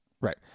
Right